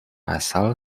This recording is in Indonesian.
asal